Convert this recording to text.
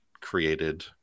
created